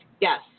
yes